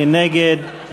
מי נגד?